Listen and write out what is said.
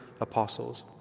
apostles